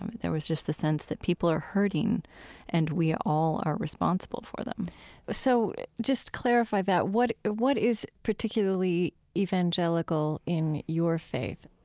um there was just the sense that people are hurting and we all are responsible for them so just clarify that. what what is particularly evangelical in your faith?